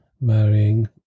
marrying